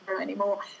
anymore